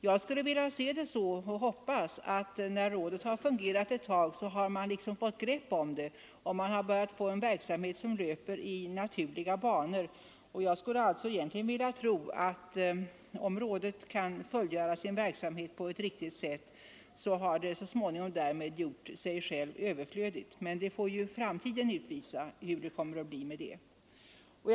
Jag hoppas egentligen att när rådet fungerat ett tag har man fått grepp om problematiken och fått en verksamhet som löper i naturliga banor. Jag skulle alltså vilja tro att om rådet kan fullgöra sin verksamhet på ett riktigt sätt kommer det därmed så småningom att ha gjort sig självt överflödigt. Men hur det kommer att bli med detta får ju framtiden utvisa.